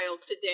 today